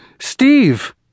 Steve